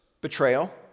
betrayal